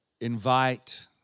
invite